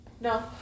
No